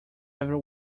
every